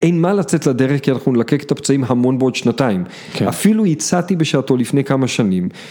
אין מה לצאת לדרך, כי אנחנו נלקק את הפצעים המון בעוד שנתיים. אפילו הצעתי בשעתו לפני כמה שנים.